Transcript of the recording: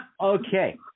Okay